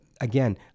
again